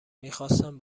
میخواستم